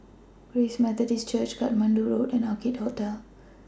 Grace Methodist Church Katmandu Road and Orchid Hotel